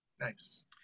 Nice